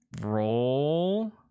Roll